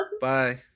Bye